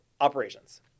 operations